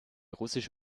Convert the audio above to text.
russisch